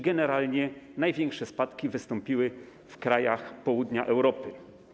Generalnie największe spadki wystąpiły w krajach południa Europy.